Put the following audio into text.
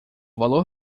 valor